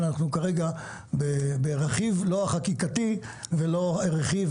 כרגע אנחנו לא ברכיב החקיקתי, ולא ברכיב